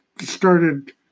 started